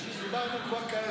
דיברנו כבר.